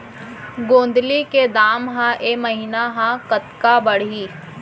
गोंदली के दाम ह ऐ महीना ह कतका बढ़ही?